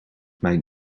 mijn